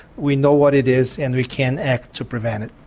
we know what it is and we can act to prevent it.